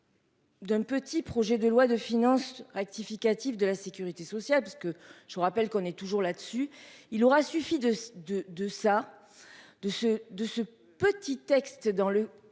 D'un petit projet de loi de finances rectificative de la Sécurité sociale puisque je vous rappelle qu'on est toujours là dessus, il aura suffi de de de ça de ce de ce petit texte dans le